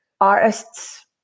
artists